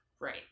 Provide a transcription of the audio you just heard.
Right